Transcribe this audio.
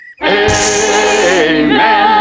Amen